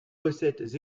recettes